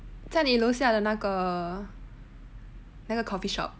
在你楼下的那个那个 coffee shop